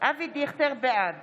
בעד